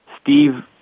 Steve